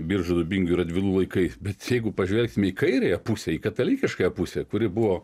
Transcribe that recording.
biržų dubingių radvilų laikais bet jeigu pažvelgsime į kairiąją pusę į katalikiškąją pusę kuri buvo